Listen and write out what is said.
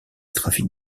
trafic